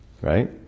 Right